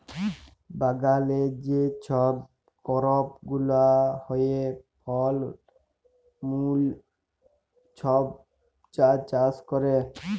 বাগালে যে ছব করপ গুলা হ্যয়, ফল মূল ছব যা চাষ ক্যরে